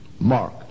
Mark